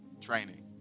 training